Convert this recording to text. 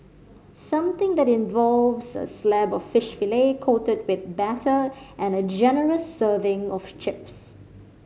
something that involves a slab of fish fillet coated with batter and a generous serving of chips